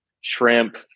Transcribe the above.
shrimp